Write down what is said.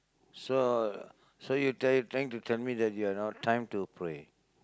so so you try~ trying to tell me that you have no time to pray